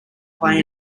play